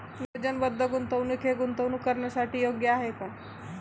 नियोजनबद्ध गुंतवणूक हे गुंतवणूक करण्यासाठी योग्य आहे का?